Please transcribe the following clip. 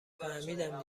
فهمیدم